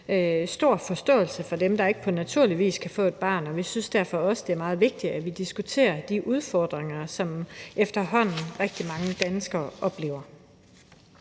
stor forståelse for dem, der ikke på naturlig vis kan få et barn, og vi synes derfor også, det er meget vigtigt, at vi diskuterer de udfordringer, som efterhånden rigtig mange danskere oplever.